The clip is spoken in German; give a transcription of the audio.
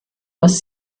was